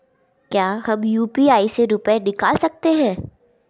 क्या हम यू.पी.आई से रुपये निकाल सकते हैं?